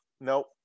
nope